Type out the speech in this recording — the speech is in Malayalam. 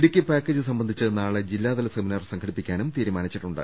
ഇടുക്കി പാക്കേജ് സംബന്ധിച്ച് നാളെ ജില്ലാതല സെമി നാർ സംഘടിപ്പിക്കാനും തീരുമാനിച്ചിട്ടുണ്ട്